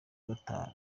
gatanu